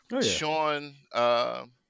Sean